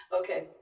Okay